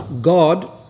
God